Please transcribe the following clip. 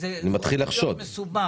וזה מתחיל להיות מסובך.